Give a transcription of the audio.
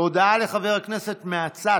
הודעה לחבר הכנסת מהצד.